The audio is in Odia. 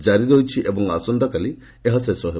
ଜାରି ରହିଛି ଏବଂ ଆସନ୍ତାକାଲି ଏହା ଶେଷ ହେବ